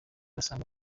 basanga